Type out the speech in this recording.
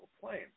plane